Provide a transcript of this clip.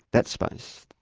that space,